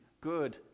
good